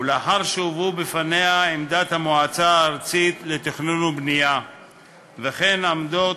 ולאחר שהובאו בפניה עמדת המועצה הארצית לתכנון ובנייה וכן עמדות